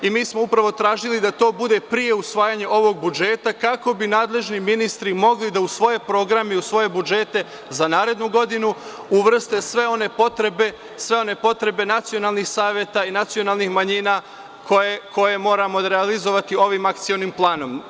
Mi smo upravo tražili da to bude pre usvajanja ovog budžeta, kako bi nadležni ministri mogli da u svoje program i u svoje budžete za narednu godinu, uvrste sve one potrebe nacionalnih saveta i nacionalnih manjina koje moramo realizovati ovim Akcionim planom.